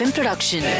Production